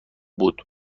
بود